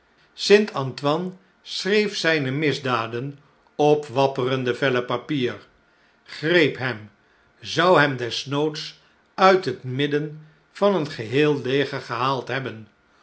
antoine schreef zijne misdaden op wapperende vellen papier greep hem zou hem desnoods uit het midden van een geheelleger gehaald hebben